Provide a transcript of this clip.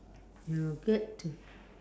you get to